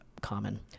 common